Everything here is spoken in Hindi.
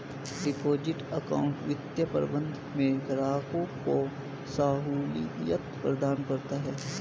डिपॉजिट अकाउंट वित्तीय प्रबंधन में ग्राहक को सहूलियत प्रदान करता है